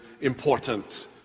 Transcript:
important